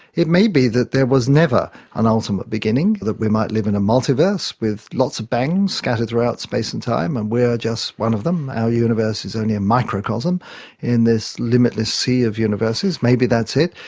it may be that there was never an ultimate beginning, that we might live in a multiverse with lots of bangs scattered throughout space and time and we are just one of them. our universe is only a microcosm in this limitless sea of universes. maybe that's it.